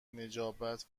نجابت